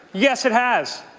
yes, it has.